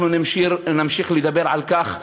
אנחנו נמשיך לדבר על כך,